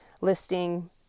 listing